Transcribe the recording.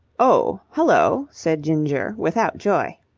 oh, hullo! said ginger, without joy.